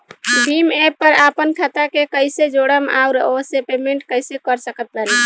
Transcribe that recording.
Bhim app पर आपन खाता के कईसे जोड़म आउर ओसे पेमेंट कईसे कर सकत बानी?